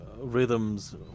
rhythms